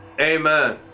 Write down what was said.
Amen